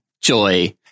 Joy